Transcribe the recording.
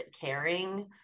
caring